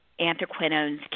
anthraquinones